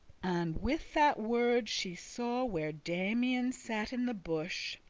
and with that word she saw where damian sat in the bush,